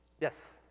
Yes